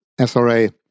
SRA